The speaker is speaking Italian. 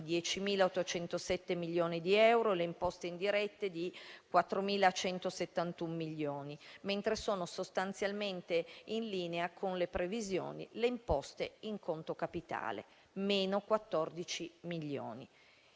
10.807 milioni di euro e le imposte indirette di 4.171 milioni, mentre sono sostanzialmente in linea con le previsioni le imposte in conto capitale: -14 milioni.